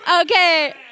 Okay